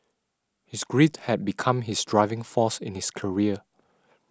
his grief had become his driving force in his career